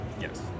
Yes